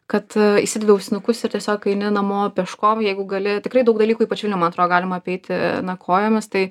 kad įsidedi ausinukus ir tiesiog eini namo peškom jeigu gali tikrai daug dalykų ypač jaunimui man atro galima apeiti na kojomis tai